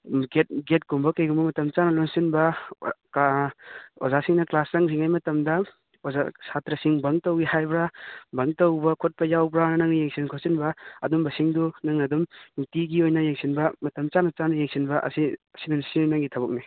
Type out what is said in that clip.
ꯎꯝ ꯒꯦꯠ ꯀꯨꯝꯕ ꯀꯩꯒꯨꯝꯕ ꯃꯇꯝ ꯆꯥꯅ ꯂꯣꯟꯁꯤꯟꯕ ꯀꯥ ꯑꯣꯖꯥꯁꯤꯡꯅ ꯀ꯭ꯂꯥꯁ ꯆꯪꯗ꯭ꯔꯤꯉꯩꯒꯤ ꯃꯇꯝꯗ ꯁꯥꯇ꯭ꯔꯥꯁꯤꯡ ꯕꯪ ꯇꯧꯏ ꯍꯥꯏꯕ꯭ꯔꯥ ꯕꯪ ꯇꯧꯕ ꯈꯣꯠꯄ ꯌꯥꯎꯕ꯭ꯔꯥꯅ ꯅꯪ ꯌꯦꯡꯁꯤꯟ ꯈꯣꯠꯆꯤꯟꯕ ꯑꯗꯨꯝꯕ ꯁꯤꯡꯗꯨ ꯅꯪ ꯑꯗꯨꯝ ꯅꯨꯡꯇꯤꯒꯤ ꯑꯣꯏꯅ ꯌꯦꯡꯁꯤꯟꯕ ꯃꯇꯝ ꯆꯥꯅ ꯆꯥꯅ ꯌꯦꯡꯁꯤꯟꯕ ꯑꯁꯤ ꯁꯤ ꯅꯪꯒꯤ ꯊꯕꯛꯅꯤ